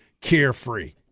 carefree